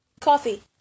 Coffee